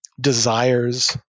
desires